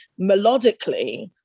melodically